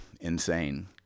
insane